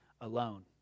alone